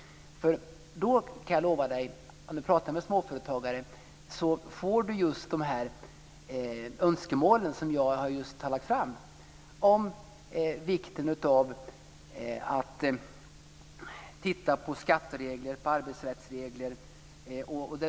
Om han då pratar med småföretagare får han höra de önskemål jag just har lagt fram om vikten av att titta på skatteregler och arbetsrättsregler.